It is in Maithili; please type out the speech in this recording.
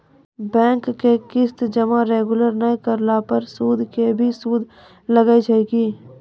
बैंक के किस्त जमा रेगुलर नै करला पर सुद के भी सुद लागै छै कि?